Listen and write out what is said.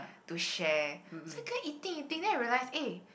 to share so we kept on eating eating then I realize eh